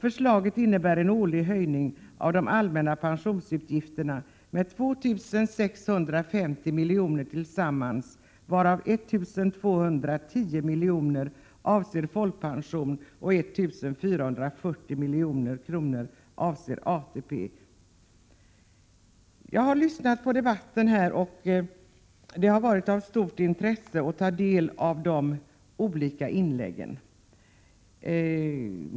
Förslaget innebär en årlig ökning av de allmänna pensionsutgifterna med tillsammans 2 650 milj.kr., varav 1 210 milj.kr. avser folkpension och 1 440 milj.kr. avser ATP. Jag har lyssnat på debatten, och det har varit mycket intressant att ta del av de olika inläggen.